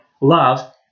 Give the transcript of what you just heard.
love